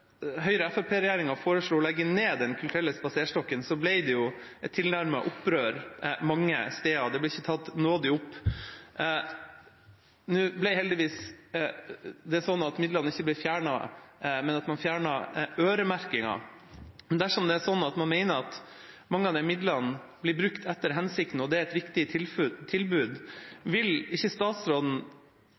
foreslo å legge ned Den kulturelle spaserstokken, ble det jo et tilnærmet opprør mange steder, og det ble ikke tatt nådig opp. Nå er det heldigvis sånn at midlene ikke ble fjernet, men man fjernet øremerkingen. Dersom man mener at mange av midlene blir brukt etter hensikten, og det er et viktig tilbud, vil ikke statsråden